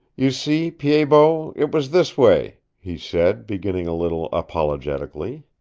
you see, pied-bot, it was this way, he said, beginning a little apologetically.